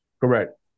Correct